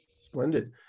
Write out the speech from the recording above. Splendid